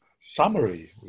summary